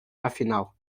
afinal